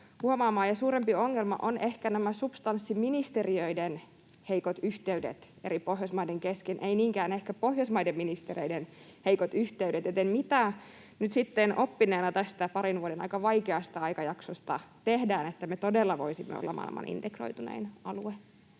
Suurempi ongelma on ehkä substanssiministeriöiden heikot yhteydet eri Pohjoismaiden kesken, ei niinkään Pohjoismaiden ministereiden heikot yhteydet. Mitä nyt sitten — tästä parin vuoden aika vaikeasta ajanjaksosta oppineena — tehdään, että me todella voisimme olla maailman integroitunein alue?